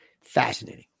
Fascinating